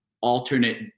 alternate